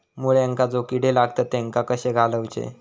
मुळ्यांका जो किडे लागतात तेनका कशे घालवचे?